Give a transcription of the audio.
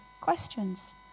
questions